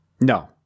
No